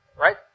right